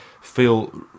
feel